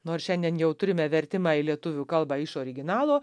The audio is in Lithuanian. nors šiandien jau turime vertimą į lietuvių kalbą iš originalo